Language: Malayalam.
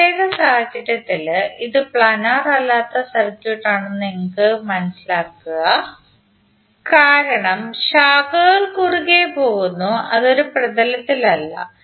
ഈ പ്രത്യേക സാഹചര്യത്തിൽ ഇത് പ്ലാനർ അല്ലാത്ത സർക്യൂട്ട് ആണെന്ന് നിങ്ങൾ മനസ്സിലാക്കുക കാരണം ശാഖകൾ കുറുകേ പോകുന്നു അത് ഒരു പ്രതലത്തിൽ അല്ല